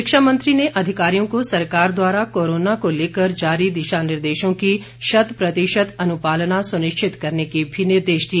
शिक्षा मंत्री ने अधिकारियों को सरकार द्वारा कोरोना को लेकर जारी दिशा निर्देशों के शत प्रतिशत अनुपालना सुनिश्चित करने के भी निर्देश दिए